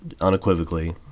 unequivocally